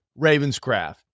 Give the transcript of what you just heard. Ravenscraft